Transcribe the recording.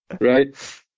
Right